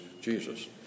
Jesus